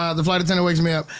ah the flight attendant wakes me up,